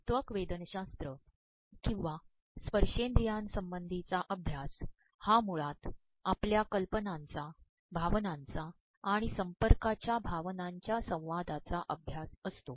त्वकवेदनशास्त्र ककवा स्त्पशेंद्रियासंबंधीचा अभ्यास हा मुळात आपल्या कल्पनांचा भावनांचा आणण संपकायच्या भावनांच्या संवादाचा अभ्यास असतो